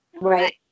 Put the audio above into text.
Right